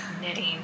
Knitting